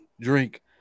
drink